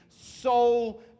soul